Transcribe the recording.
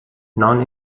non